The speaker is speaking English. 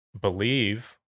believe